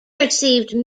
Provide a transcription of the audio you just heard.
received